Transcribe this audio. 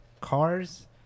cars